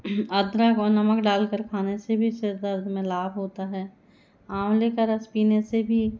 अदरक और नमक डालकर खाने से भी सिरदर्द में लाभ होता है आंवले का रस पीने से भी